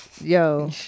yo